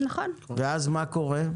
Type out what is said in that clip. ואז מה קורה?